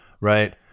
right